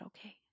okay